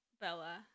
Bella